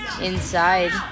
inside